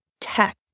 tech